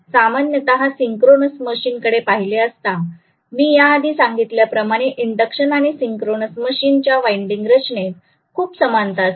सामान्यतः synchronous machine कडे पाहिले असता मी या आधी सांगितल्या प्रमाणे इंडक्शन आणि सिंक्रोनस मशीन च्या वाइंडिंग रचनेत खूप समानता असते